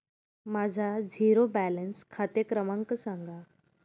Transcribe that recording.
माझा zero balance खाते क्रमांक सांगा